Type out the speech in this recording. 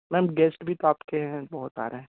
ma'am guest भी तो आपके हैं बहुत आ रहे